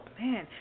man